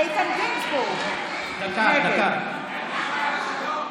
איתן גינזבורג, נגד דקה, דקה.